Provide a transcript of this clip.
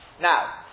Now